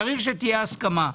צריך שתהיה הסכמה,